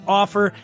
offer